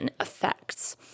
effects